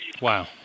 Wow